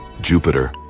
Jupiter